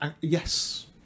Yes